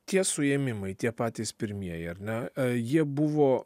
tie suėmimai tie patys pirmieji ar ne jie buvo